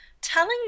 telling